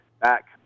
back